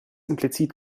implizit